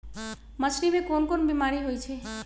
मछरी मे कोन कोन बीमारी होई छई